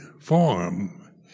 form